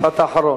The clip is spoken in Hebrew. משפט אחרון.